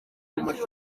mujyi